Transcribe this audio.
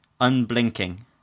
Unblinking